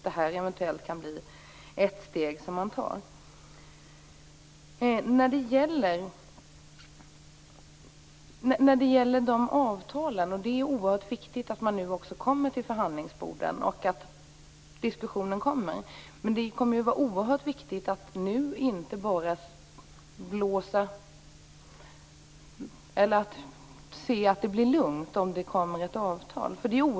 Detta kan eventuellt bli ett steg i rätt riktning. Det är viktigt att man nu kommer till förhandlingsbordet och att diskussioner inleds. Men man får inte blåsa faran över bara för att det nu träffas ett avtal.